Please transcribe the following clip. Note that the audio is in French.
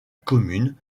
commune